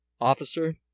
Officer